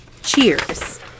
Cheers